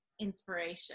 inspiration